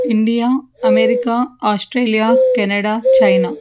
India America Australia Canada China